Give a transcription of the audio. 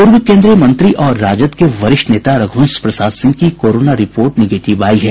पूर्व केन्द्रीय मंत्री और राजद के वरिष्ठ नेता रघुवंश प्रसाद सिंह की कोरोना रिपोर्ट निगेटिव आयी है